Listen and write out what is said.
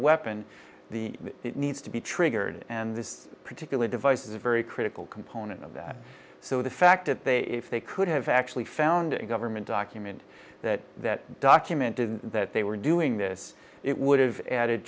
weapon the it needs to be triggered and this particular device is a very critical component of that so the fact that they if they could have actually found a government document that that documented that they were doing this it would have added